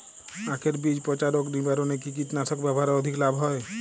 আঁখের বীজ পচা রোগ নিবারণে কি কীটনাশক ব্যবহারে অধিক লাভ হয়?